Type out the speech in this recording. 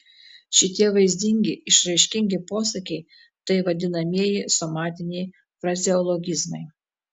šitie vaizdingi išraiškingi posakiai tai vadinamieji somatiniai frazeologizmai